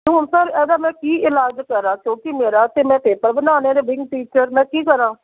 ਅਤੇ ਹੁਣ ਸਰ ਇਹਦਾ ਮੈਂ ਕੀ ਇਲਾਜ ਕਰਾਂ ਕਿਉਂਕਿ ਮੇਰਾ ਤਾਂ ਮੈਂ ਪੇਪਰ ਬਣਾਉਣੇ ਨੇ ਬਿੰਗ ਟੀਚਰ ਮੈਂ ਕੀ ਕਰਾਂ